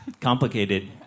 Complicated